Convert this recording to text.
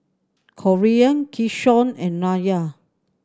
Corean Keyshawn and Nyla